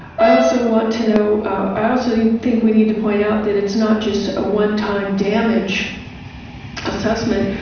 i also want to know i also think we need to point out that it's not just a one time damage assessment.